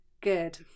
good